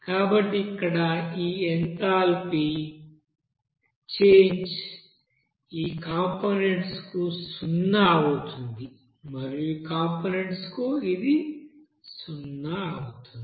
కాబట్టి ఇక్కడ ఈ ఎంథాల్పీ చేంజ్ ఈ కంపొనెంట్స్ కు సున్నా అవుతుంది మరియు ఈ కంపొనెంట్స్ కు ఇది సున్నా అవుతుంది